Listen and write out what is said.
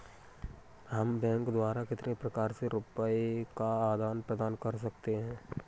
हम बैंक द्वारा कितने प्रकार से रुपये का आदान प्रदान कर सकते हैं?